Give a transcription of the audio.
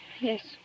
Yes